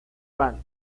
band